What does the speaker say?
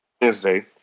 Wednesday